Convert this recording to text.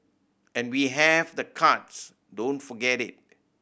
and we have the cards don't forget it